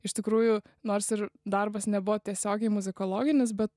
iš tikrųjų nors ir darbas nebuvo tiesiogiai muzikologinis bet